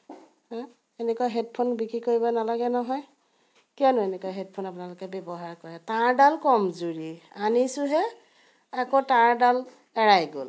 এনেকুৱা হেডফোন বিক্ৰী কৰিব নালাগে নহয় কিয়নো এনেকুৱা হেডফোন আপোনালোকে ব্যৱহাৰ কৰে তাঁৰডাল কমজোৰি আনিছোঁহে আকৌ তাঁৰডাল এৰাই গ'ল